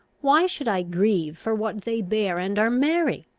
why should i grieve, for what they bear and are merry?